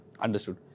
Understood